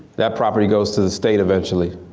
that property goes to the state eventually.